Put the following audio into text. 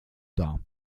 dar